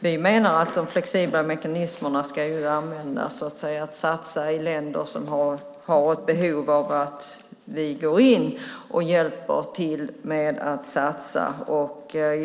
Vi menar att de flexibla mekanismerna ska användas för att satsa i länder som har ett behov av att vi går in och hjälper till med en satsning.